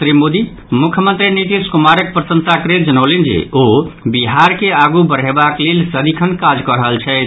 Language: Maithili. श्री मोदी मुख्यमंत्री नीतीश कुमारक प्रशंसा करैत जनौलनि जे ओ बिहार के आगू बढ़यबाक लेल सदिखन काज कऽ रहल छथि